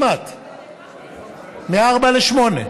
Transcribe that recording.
מארבע לשמונה.